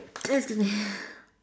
excuse me